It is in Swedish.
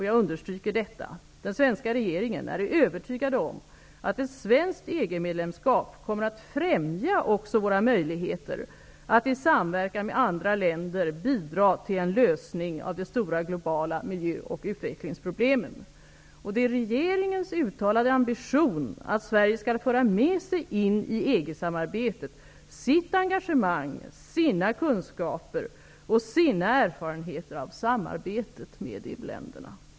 Jag understryker att den svenska regeringen är övertygad om att ett svenskt EG-medlemskap kommer att främja också våra möjligheter till samverkan med andra länder och bidra till en lösning av de stora globala miljö och utvecklingsproblemen. Det är regeringens uttalade ambition att Sverige skall föra med sig in i EG samarbetet sitt engagemang, sina kunskaper och sina erfarenheter av samarbetet med u-länderna.